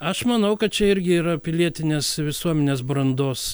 aš manau kad čia irgi yra pilietinės visuomenės brandos